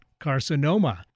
carcinoma